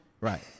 Right